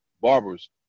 barbers